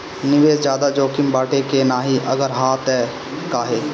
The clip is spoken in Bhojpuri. निवेस ज्यादा जोकिम बाटे कि नाहीं अगर हा तह काहे?